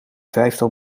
vijftal